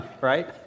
Right